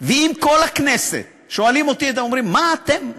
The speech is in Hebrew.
ואם כל הכנסת, שואלים אותי, אתם אומרים, מה אתם?